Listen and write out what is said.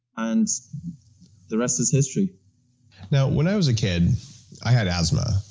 and the rest is history now, when i was a kid i had asthma.